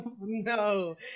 No